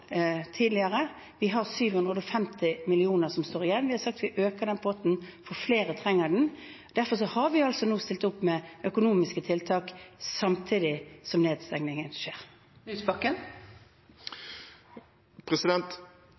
tidligere. Vi har 750 mill. kr som står igjen. Vi har sagt at vi øker den potten, for flere trenger den. Derfor har vi nå stilt opp med økonomiske tiltak, samtidig som nedstengingen skjer.